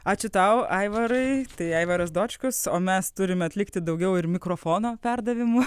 ačiū tau aivarai tai aivaras dočkus o mes turime atlikti daugiau ir mikrofono perdavimų